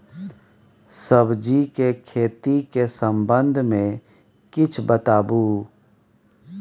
सब्जी के खेती के संबंध मे किछ बताबू?